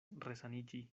resaniĝi